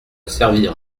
servir